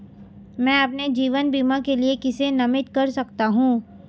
मैं अपने जीवन बीमा के लिए किसे नामित कर सकता हूं?